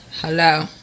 Hello